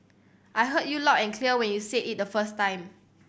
I heard you loud and clear when you said it the first time